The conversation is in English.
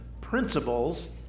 principles